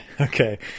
okay